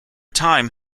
time